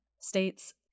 states